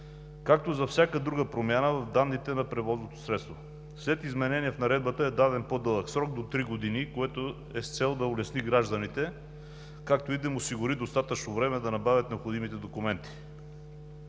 както и за всяка друга промяна в данните на превозното средство. След изменение в Наредбата е даден по-дълъг срок – до три години, което е с цел да улесни гражданите, както и да им осигури достатъчно време да набавят необходимите документи.